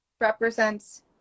represents